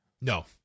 No